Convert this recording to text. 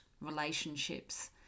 relationships